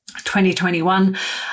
2021